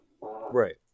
Right